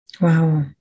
Wow